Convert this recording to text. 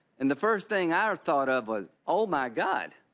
and the first thing i thought of was oh my god,